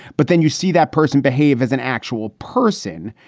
but then you see that person behave as an actual person.